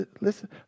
listen